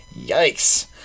Yikes